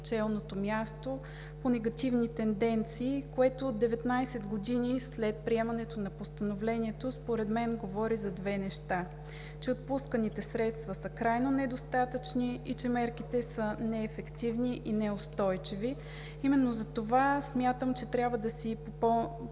челното място по негативни тенденции, което 19 години след приемането на Постановлението, според мен говори за две неща: отпусканите средства са крайно недостатъчни и че мерките са неефективни и неустойчиви. Именно затова смятам, че трябва да си припомним